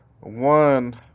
one